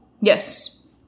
Yes